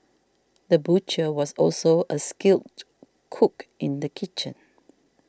the butcher was also a skilled cook in the kitchen